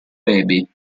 baby